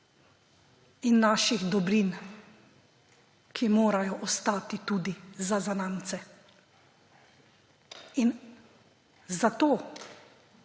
in naših dobrin, ki morajo ostati tudi za zanamce. Zato